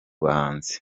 bahanzi